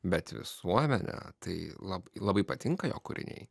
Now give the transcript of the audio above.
bet visuomenę tai labai labai patinka jo kūriniai